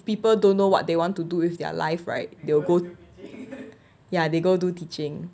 people don't know what they want to do with their life right they will go ya they go do teaching